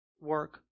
work